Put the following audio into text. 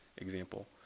example